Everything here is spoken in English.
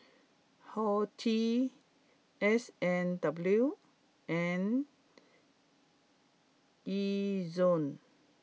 Horti S and W and Ezion